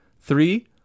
Three